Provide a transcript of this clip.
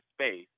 space